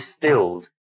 distilled